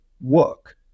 work